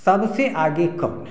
सबसे आगे कब